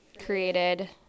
created